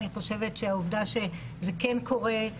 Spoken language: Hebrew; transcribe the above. אני חושבת שהעובדה שזה כן קורה,